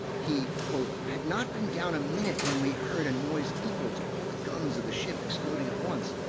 he, had not been down a minute when we heard a noise equal to all the guns of the ship exploding at once.